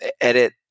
edit